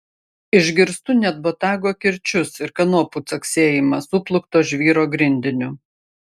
išgirstu net botago kirčius ir kanopų caksėjimą suplūkto žvyro grindiniu